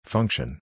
Function